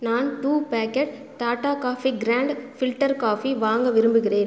நான் two packet Tata coffee grand filter coffee வாங்க விரும்புகிறேன்